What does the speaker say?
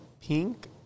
Pink